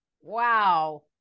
Wow